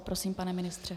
Prosím, pane ministře.